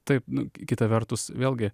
taip nu kita vertus vėlgi